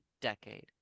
decade